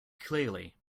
clearly